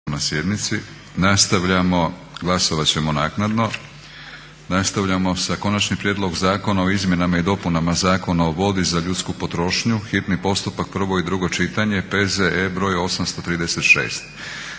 kasnije. **Leko, Josip (SDP)** Idemo na Konačni prijedlog zakona o izmjenama i dopunama Zakona o vodi za ljudsku potrošnju, hitni postupak, prvo i drugo čitanje, P.Z.E. br. 836.